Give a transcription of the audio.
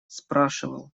спрашивал